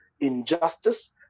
injustice